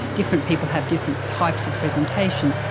different people have different types of presentation.